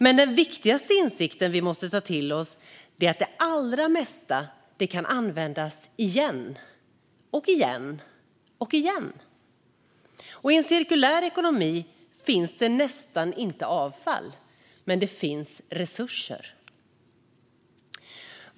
Men den viktigaste insikten vi måste ta till oss är att det allra mesta kan användas igen och igen och igen. I en cirkulär ekonomi finns det nästan inte avfall, men det finns resurser.